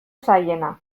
zailena